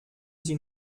sie